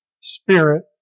spirit